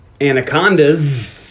Anacondas